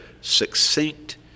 succinct